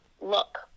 look